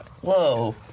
Whoa